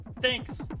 Thanks